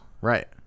right